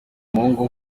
umuhungu